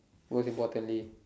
most importantly